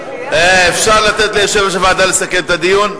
אפשר לתת ליושב-ראש הוועדה לסכם את הדיון?